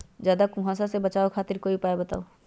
ज्यादा कुहासा से बचाव खातिर कोई उपाय बताऊ?